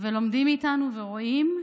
ולומדים מאיתנו ורואים,